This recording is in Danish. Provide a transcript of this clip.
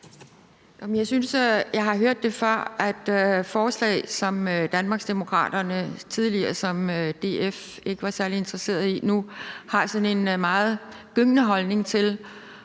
Jeg synes, at jeg har hørt før, at forslag, som danmarksdemokrater ikke tidligere var særlig interesseret i som DF'ere, har de nu en meget gyngende holdning til